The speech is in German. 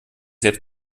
selbst